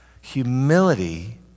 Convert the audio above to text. humility